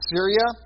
Syria